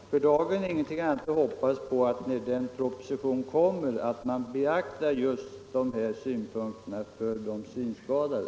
Herr talman! Då har jag för dagen ingenting annat att hoppas på än att man när propositionen i anledning av skatteutredningens förslag framläggs skall ha beaktat de av mig framförda synpunkterna angående de synskadade.